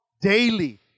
daily